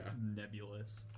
nebulous